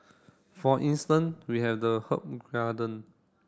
for instance we have the herb garden